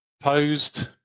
posed